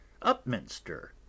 Upminster